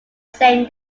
same